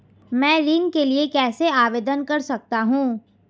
मैं ऋण के लिए कैसे आवेदन कर सकता हूं?